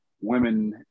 Women